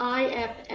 IFF